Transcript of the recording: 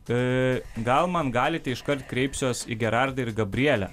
tai gal man galite iškart kreipsiuos į gerardą ir gabrielę